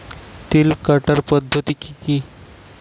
তিল কাটার পদ্ধতি কি কি?